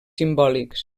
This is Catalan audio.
simbòlics